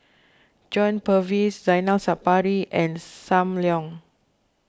John Purvis Zainal Sapari and Sam Leong